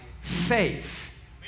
faith